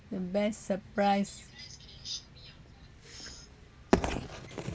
the best surprise